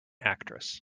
actress